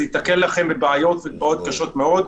זה יגרום לבעיות קשות מאוד.